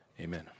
Amen